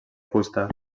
fusta